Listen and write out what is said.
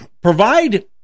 provide